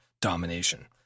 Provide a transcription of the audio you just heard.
domination